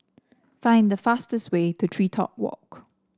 find the fastest way to TreeTop Walk